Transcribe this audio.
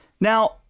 Now